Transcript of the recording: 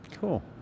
cool